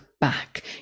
back